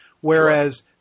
whereas